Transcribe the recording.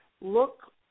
look